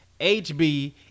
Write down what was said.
HB